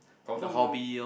confirm